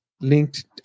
linked